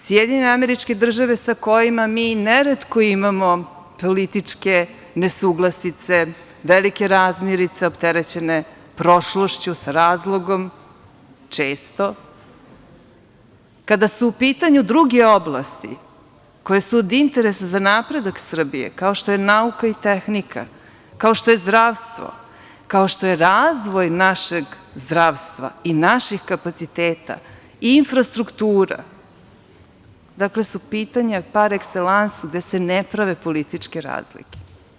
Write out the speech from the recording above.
Sjedinjene Američke Države sa kojima mi neretko imamo političke nesuglasice, velike razmirice opterećene prošlošću, sa razlogom često, kada su u pitanju druge oblasti koje su od interesa za napredak Srbije, kao što je nauka i tehnika, kao što je zdravstvo, kao što je razvoj našeg zdravstva i naših kapaciteta, infrastruktura, su pitanja par ekselans gde se ne prave političke razlike.